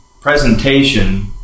presentation